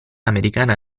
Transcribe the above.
americana